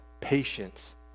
patience